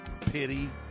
pity